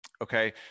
okay